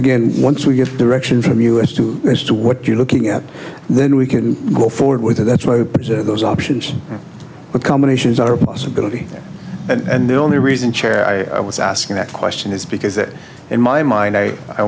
again once we get direction from us to do what you're looking at then we can go forward with it that's why those options but combinations are a possibility and the only reason chair i was asking that question is because that in my mind i i